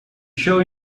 show